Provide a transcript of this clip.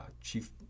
Chief